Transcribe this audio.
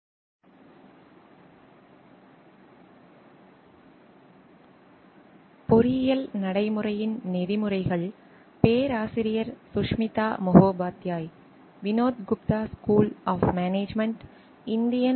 வரவேற்கிறோம்